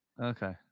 Okay